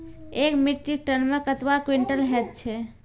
एक metric ton मे कतवा क्वींटल हैत छै?